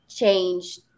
changed